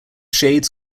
shades